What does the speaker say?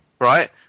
right